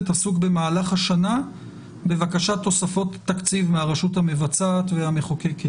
עסוק במהלך השנה בבקשת תוספות תקציב מהרשות המבצעת והמחוקקת.